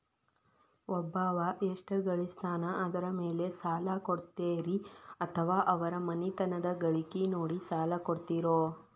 ಒಬ್ಬವ ಎಷ್ಟ ಗಳಿಸ್ತಾನ ಅದರ ಮೇಲೆ ಸಾಲ ಕೊಡ್ತೇರಿ ಅಥವಾ ಅವರ ಮನಿತನದ ಗಳಿಕಿ ನೋಡಿ ಸಾಲ ಕೊಡ್ತಿರೋ?